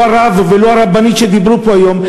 לא הרב ולא הרבנית שדיברו פה היום,